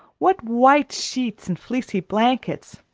what white sheets and fleecy blankets!